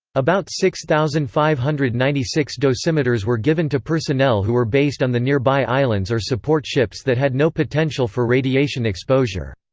about six thousand five hundred and ninety six dosimeters were given to personnel who were based on the nearby islands or support ships that had no potential for radiation exposure.